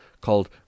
called